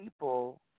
people